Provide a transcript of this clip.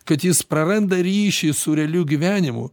kad jis praranda ryšį su realiu gyvenimu